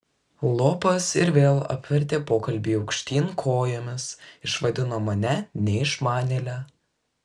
lopas ir vėl apvertė pokalbį aukštyn kojomis išvadino mane neišmanėle